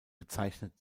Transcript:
bezeichnet